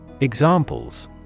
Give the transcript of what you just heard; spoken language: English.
Examples